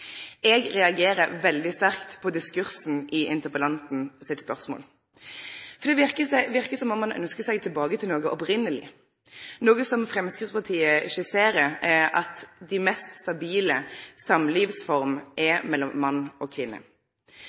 Eg reagerer veldig sterkt på diskursen i interpellanten sitt spørsmål, for det verkar som om han ønskjer seg tilbake til noko opphavleg. Det Framstegspartiet skisserer, er at den mest stabile samlivsforma er mellom mann og